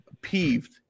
peeved